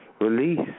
release